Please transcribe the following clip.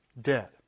dead